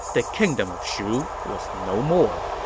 the kingdom of shu was no more.